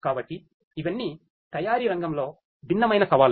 కాబట్టి ఇవన్నీ తయారీ రంగంలో భిన్నమైన సవాళ్లు